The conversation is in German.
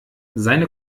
seine